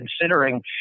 considering